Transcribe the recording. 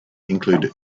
included